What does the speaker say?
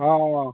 অঁ অঁ